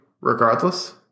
regardless